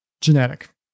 genetic